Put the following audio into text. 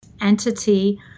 entity